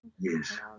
Yes